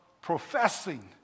professing